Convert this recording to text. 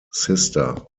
sister